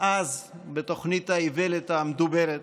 אז בתוכנית האיוולת המדוברת,